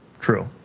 True